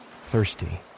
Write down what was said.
thirsty